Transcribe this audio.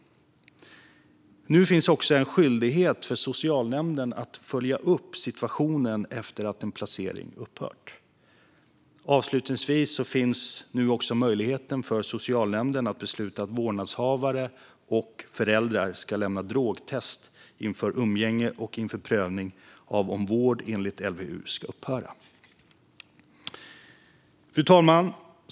Nu finns också en skyldighet för socialnämnden att följa upp situationen efter att en placering upphört. Avslutningsvis finns nu också möjligheten för socialnämnden att besluta att vårdnadshavare och föräldrar ska lämna drogtest inför umgänge och inför prövning av om vård enligt LVU ska upphöra. Fru talman!